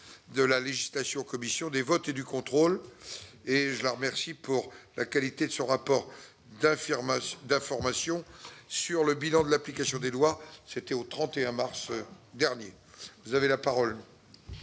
de la législation en commission, des votes et du contrôle. Je la remercie pour la qualité de son rapport d'information sur le bilan de l'application des lois au 31 mars 2018. Monsieur le